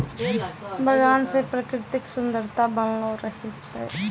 बगान से प्रकृतिक सुन्द्ररता बनलो रहै छै